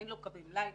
אין לו קווי מלאי.